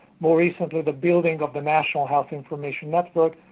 more recently the building of the national health information network,